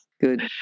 good